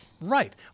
Right